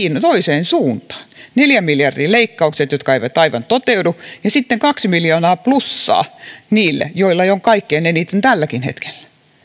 toiseen suuntaan neljän miljardin leikkaukset jotka eivät aivan toteudu ja sitten kaksi miljoonaa plussaa niille joilla jo on kaikkein eniten tälläkin hetkellä